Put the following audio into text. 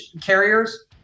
carriers